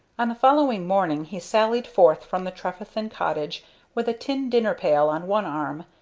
on the following morning he sallied forth from the trefethen cottage with a tin dinner-pail on one arm,